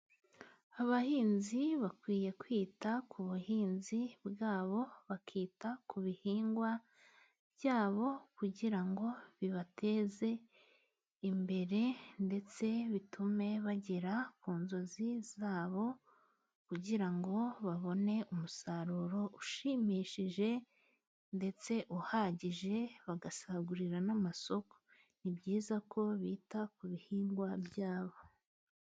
Abahinzi bakwiye kwita ku buhinzi bwabo, bakita ku bihingwa byabo, kugira ngo bibateze imbere, ndetse bitume bagera ku nzozi zabo, kugira ngo babone umusaruro ushimishije ndetse uhagije, bagasagurira n'amasoko. Ni byiza ko bita ku bihingwa byabo.